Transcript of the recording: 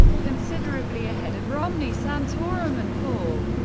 considerably ahead of romney, santorum and paul.